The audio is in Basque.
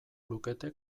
lukete